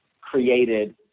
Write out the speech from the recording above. created